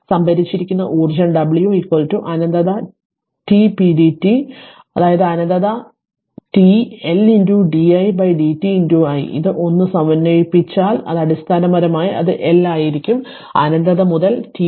സംഭരിച്ചിരിക്കുന്ന ഊർജ്ജം w അനന്തത t pdt അതായത് അനന്തത t L di dt i ഇത് 1 സമന്വയിപ്പിച്ചാൽ അത് അടിസ്ഥാനപരമായി അത് L ആയിരിക്കും അനന്തത മുതൽ ti vi